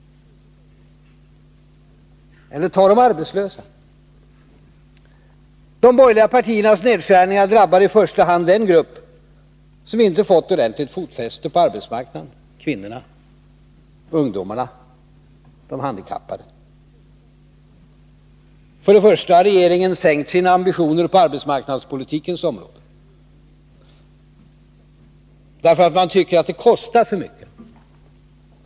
Eller ta de arbetslösa. De borgerliga partiernas nedskärningar drabbar i första hand den grupp som inte fått ordentligt fotfäste på arbetsmarknaden: kvinnorna, ungdomarna, de handikappade. För det första har regeringen sänkt sina ambitioner på arbetsmarknadspolitikens område, därför att man tycker att det kostar för mycket.